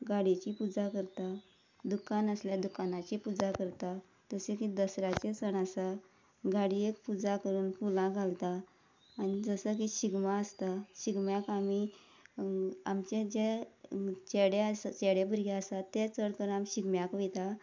गाडयेची पुजा करता दुकान आसल्या दुकानाची पुजा करता जशें की दसऱ्याचे सण आसा गाडयेक पुजा करून फुलां घालता आनी जसो की शिगमो आसता शिगम्याक आमी आमचे जें चेडे चेडे भुरगे आसा ते चड करून आमी शिगम्याक वयता